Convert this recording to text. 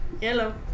Hello